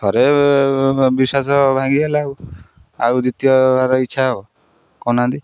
ଥରେ ବିଶ୍ୱାସ ଭାଙ୍ଗିଗଲା ଆଉ ଆଉ ଦ୍ଵିତୀୟବାର ଇଚ୍ଛା ହବ କହୁନାହାନ୍ତି